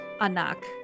Anak